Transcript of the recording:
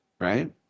right